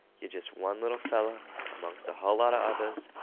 yer jest one little feller amongst a hull lot of others,